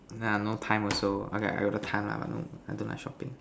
nah no time also okay I got the time lah but no I don't like shopping